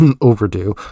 overdue